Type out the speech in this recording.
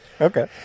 Okay